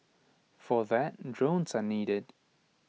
for that drones are needed